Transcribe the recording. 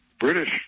British